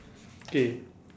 K